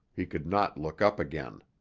he could not look up again.